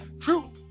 True